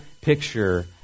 picture